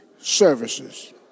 services